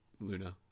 Luna